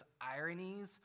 ironies